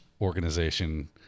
organization